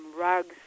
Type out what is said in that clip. rugs